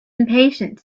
impatient